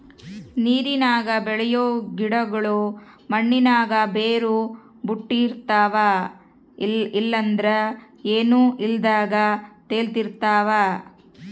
ನೀರಿನಾಗ ಬೆಳಿಯೋ ಗಿಡುಗುಳು ಮಣ್ಣಿನಾಗ ಬೇರು ಬುಟ್ಟಿರ್ತವ ಇಲ್ಲಂದ್ರ ಏನೂ ಇಲ್ದಂಗ ತೇಲುತಿರ್ತವ